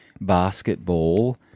basketball